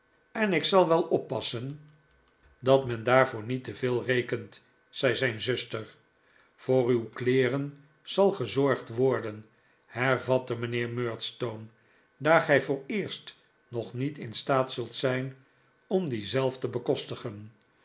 geen andere vooruitzichten heeft murdstone merkte mijnheer voor niet te veel rekent zei zijn zuster vodr uw kleeren zal gezorgd worden hervatte mijnheer murdstone daar gij vooreerst nog niet in staat zult zijn om die zelf te bekostigen